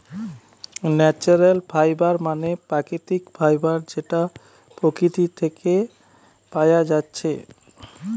natural fibre মানে প্রাকৃতিক fibre যেটা প্রকৃতি থিকে পায়া যাচ্ছে